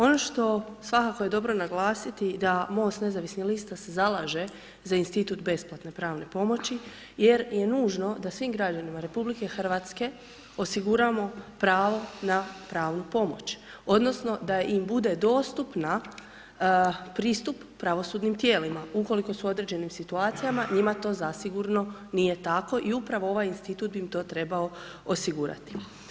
Ono što svakako je dobro naglasiti da MOST nezavisnih lista se zalaže za institut besplatne pravne pomoći jer je nužno da svim građanima RH osiguramo pravo na pravnu pomoć, odnosno da im bude dostupna, pristup pravosudnim tijelima ukoliko su u određenim situacijama, njima to zasigurno nije tako i upravo ovaj institut bi im to trebao osigurati.